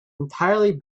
entirely